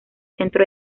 centro